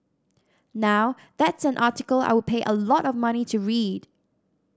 now that's an article I would pay a lot of money to read